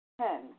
Ten